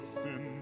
sin